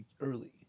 early